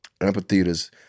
amphitheaters